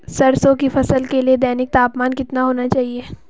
सरसों की फसल के लिए दैनिक तापमान कितना होना चाहिए?